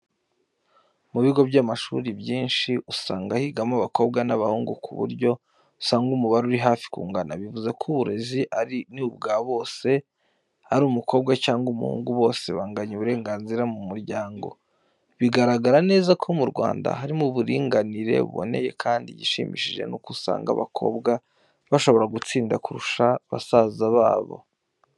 Mu bigo by'amashuri byinshi usanga higamo abakobwa n'abahungu ku buryo usanga umubare uri hafi kungana. Bivuze ko uburezi ni ubwa bose ari umukobwa cyangwa umuhungu bose banganya uburenganzira mu muryango, bigaraga neza ko mu Rwanda harimo uburinganire buboneye kandi igishimishije nuko usanga abakobwa bashobora gutsinda kurusha basaza babo.